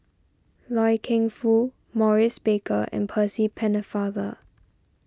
Loy Keng Foo Maurice Baker and Percy Pennefather